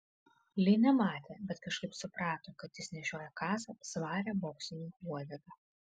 li nematė bet kažkaip suprato kad jis nešioja kasą svarią boksininkų uodegą